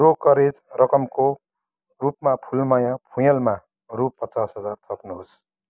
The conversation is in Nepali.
ब्रोकरेज रकमको रूपमा फुलमाया फुँयालमा रु पचास हजार थप्नुहोस्